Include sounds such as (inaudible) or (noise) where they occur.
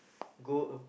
(breath)